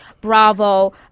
Bravo